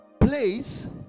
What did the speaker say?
place